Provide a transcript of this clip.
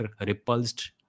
repulsed